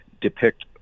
depict